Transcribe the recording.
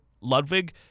Ludwig